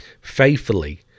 faithfully